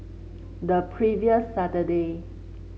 the previous Saturday